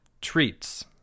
Treats